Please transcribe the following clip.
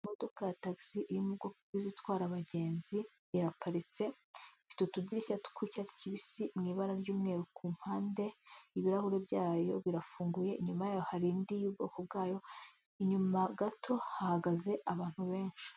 imodoka ya tagisi iri mu bwoko bw'izitwara abagenzi, iraparitse ifite utudirishya tw'icyatsi kibisi mu ibara ry'umweru ku mpande, ibirahuri byayo birafunguye, inyuma yayo hari indi y'ubwoko bwayo, inyuma gato hahagaze abantu benshi.